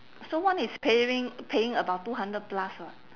so one is pay ring paying about two hundred plus [what]